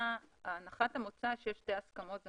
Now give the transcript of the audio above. הנחת המוצא שיש שתי הסכמות,